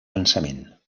pensament